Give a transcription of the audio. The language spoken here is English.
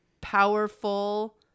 powerful